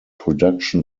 production